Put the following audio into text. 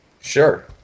sure